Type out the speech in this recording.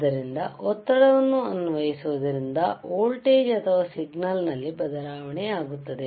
ಆದ್ದರಿಂದ ಒತ್ತಡವನ್ನು ಅನ್ವಯಿಸುವುದರಿಂದ ವೋಲ್ಟೇಜ್ ಅಥವಾ ಸಿಗ್ನಲ್ ನಲ್ಲಿ ಬದಲಾವಣೆಯಾಗುತ್ತದೆ